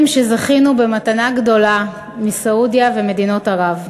שזכינו במתנה גדולה מסעודיה ומדינות ערב,